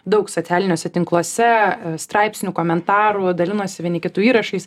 daug socialiniuose tinkluose straipsnių komentarų dalinosi vieni kitų įrašais